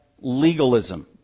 legalism